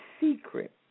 secret